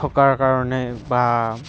থকাৰ কাৰণে বা